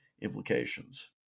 implications